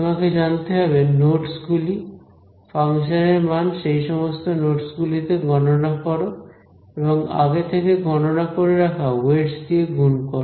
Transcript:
তোমাকে জানতে হবে নোডস গুলি ফাংশনের মান সেই সমস্ত নোডস গুলিতে গণনা করো এবং আগে থেকে গণনা করে রাখা ওয়েটস দিয়ে গুণ কর